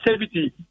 safety